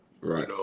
right